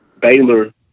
Baylor